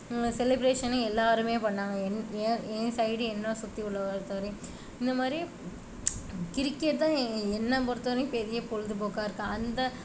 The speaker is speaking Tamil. செலிப்ரேஷனை எல்லாேருமே பண்ணிணாங்க என் என் என் சைடு என்னை சுற்றி உள்ள பொறுத்த வரையும் இந்த மாதிரி கிரிக்கெட் தான் என்னை பொறுத்த வரையும் பெரிய பொழுதுபோக்கா இருக்குது அந்த